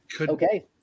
Okay